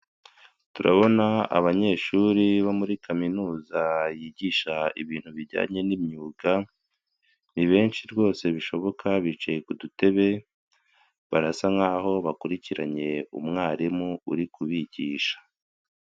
Turabona abanyeshuri bo muri kaminuza yigisha ibintu bijyanye n'imyuga, ni benshi rwose bishoboka bicaye kudutebe, barasa nkaho bakurikiranye umwarimu uri kubigisha.